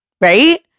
right